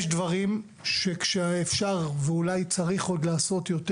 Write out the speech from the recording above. יש דברים שכשאפשר או שצריך לעשות יותר